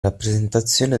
rappresentazione